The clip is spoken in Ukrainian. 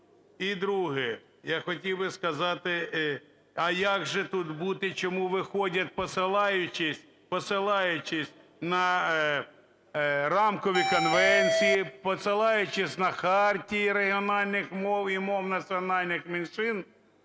І друге. Я хотів би сказати, а як же тут бути, чому виходять, посилаючись на рамкові конвенції, посилаючись на хартії регіональних мов і мов національних меншин?